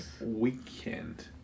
weekend